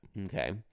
Okay